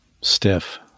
stiff